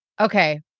Okay